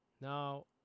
Now